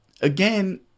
again